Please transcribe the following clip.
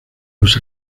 los